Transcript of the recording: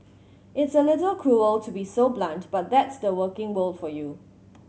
it's a little cruel to be so blunt but that's the working world for you